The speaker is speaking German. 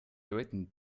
leuten